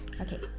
okay